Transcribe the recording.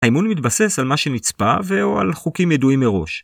‫האימון מתבסס על מה שנצפה ‫ו/או על חוקים ידועים מראש.